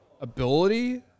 ability